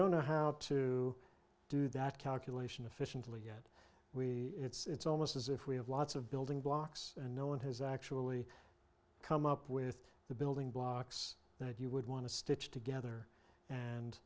don't know how to do that calculation efficiently yet we it's almost as if we have lots of building blocks and no one has actually come up with the building blocks that you would want to stitch together and